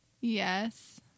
Yes